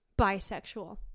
bisexual